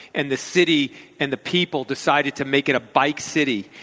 and the city and the people decided to make it a bike city.